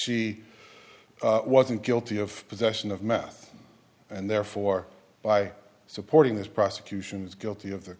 she wasn't guilty of possession of meth and therefore by supporting this prosecution is guilty of the